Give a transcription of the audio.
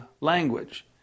language